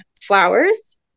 flowers